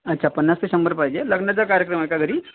अच्छा पन्नास ते शंभर पाहिजे लग्नाचा कार्यक्रम आहे का घरी